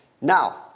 Now